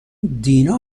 دینا